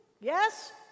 Yes